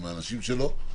עם האנשים שלו.